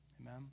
Amen